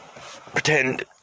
pretend